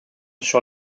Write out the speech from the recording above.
sur